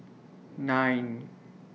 nine